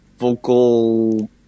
Vocal